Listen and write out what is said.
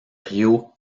rio